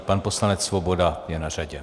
Pan poslanec Svoboda je na řadě.